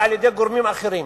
ועל-ידי גורמים אחרים,